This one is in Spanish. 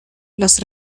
los